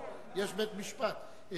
אבל יש בית-משפט.